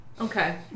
Okay